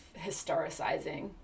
historicizing